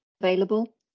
available